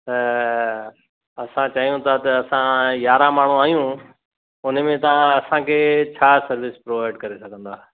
असां चयूं था त असां यारहं माण्हू आहियूं उन में तव्हां असांखे छा सर्विस प्रोवाइड करे सघंदा